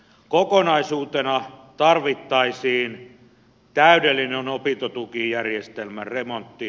kokonaisuutena tarvittaisiin täydellinen opintotukijärjestelmäremontti